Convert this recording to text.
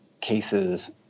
cases